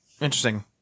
Interesting